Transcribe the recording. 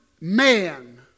man